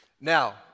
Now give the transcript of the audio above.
Now